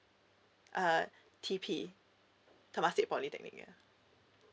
uh tp temasek polytechnic ya